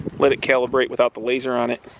let it calibrate without the laser on it